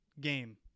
game